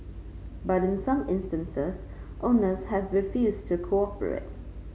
but in some instances owners have refused to cooperate